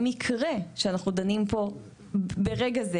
המקרה שאנחנו דנים בו ברגע זה,